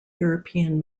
european